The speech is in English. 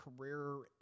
career